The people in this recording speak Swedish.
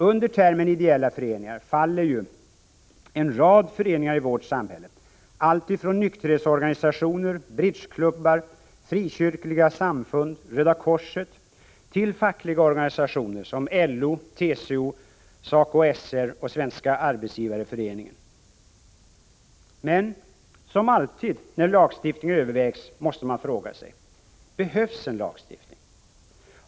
Under termen ideella föreningar faller ju en rad föreningar i vårt samhälle, alltifrån nykterhetsorganisationer, bridgeklubbar, frikyrkliga samfund och Röda korset till fackliga organisationer som LO, TCO, SACO/SR och Svenska arbetsgivareföreningen. Men som alltid när lagstiftning övervägs måste man fråga sig: Behövs en lagstiftning?